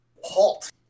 halt